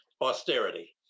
austerity